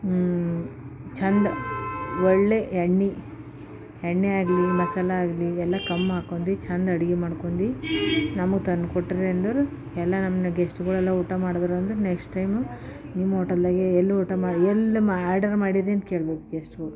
ಚಂದ ಒಳ್ಳೆಯ ಎಣ್ಣೆ ಎಣ್ಣೆ ಆಗಲಿ ಮಸಾಲೆ ಆಗಲಿ ಎಲ್ಲ ಕಮ್ ಹಾಕೊಂದಿ ಚಂದ ಅಡಿಗೆ ಮಾಡ್ಕೊಂದಿ ನಮಗೆ ತಂದು ಕೊಟ್ಟಿರಿ ಅಂದ್ರೆ ಎಲ್ಲ ನಮ್ಮ ಗೆಸ್ಟುಗಳೆಲ್ಲ ಊಟ ಮಾಡಿದ್ರು ಅಂದ್ರೆ ನೆಕ್ಸ್ಟ್ ಟೈಮ್ ನಿಮ್ಮ ಹೋಟೆಲ್ದಾಗ ಎಲ್ಲಿ ಊಟ ಮಾಡಿ ಎಲ್ಲಿ ಆರ್ಡರ್ ಮಾಡಿದ್ದೀ ಅಂತ ಕೇಳ್ಬೇಕು ಗೆಸ್ಟ್ಗಳು